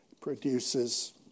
Produces